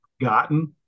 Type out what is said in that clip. gotten